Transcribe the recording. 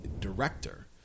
director